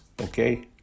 okay